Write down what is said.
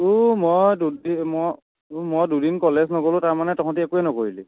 উ মই দুদি মই মই দুদিন কলেজ নগ'লোঁ তাৰমানে তহতি একোৱে নকৰিলি